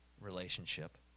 relationship